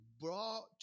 brought